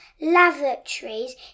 lavatories